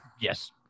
Yes